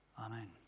Amen